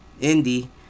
Indy